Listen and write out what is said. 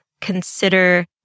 consider